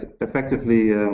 effectively